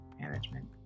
management